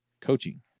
coaching